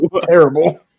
Terrible